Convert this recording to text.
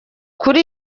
kuri